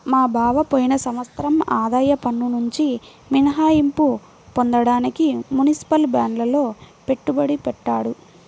మా బావ పోయిన సంవత్సరం ఆదాయ పన్నునుంచి మినహాయింపు పొందడానికి మునిసిపల్ బాండ్లల్లో పెట్టుబడి పెట్టాడు